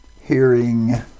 hearing